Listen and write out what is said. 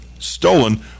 Stolen